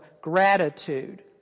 gratitude